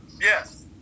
Yes